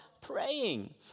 praying